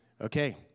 Okay